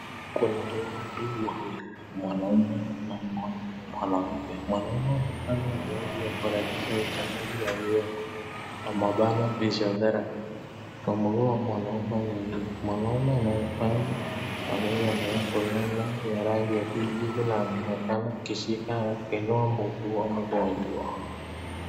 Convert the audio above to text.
Kuna watu wawili, mwanaume na mwanamke. Mwanaume anafanya zoezi ya kurejesha utendaji wa viungo (physiotherapy) kwa mwanamke mwingine. Mwanaume anayefanya mazoezi amevaa fulana ya rangi ya kijivu na anaonekana akishika akiinua mguu ya mgonjwa.